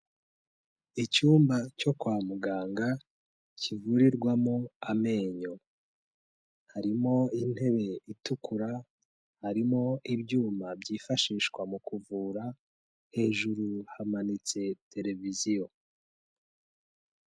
Icyumba cyo kwa muganga kivurirwamo amenyo, harimo intebe itukura, harimo ibyuma byifashishwa mu kuvura, hejuru hamanitse tereviziyo.